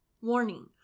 Warning